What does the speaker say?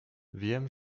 wiem